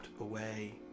away